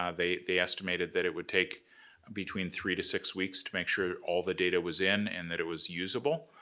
ah they they estimated that it would take between three to six weeks to make sure all the data was in and that it was usable.